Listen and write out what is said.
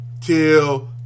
till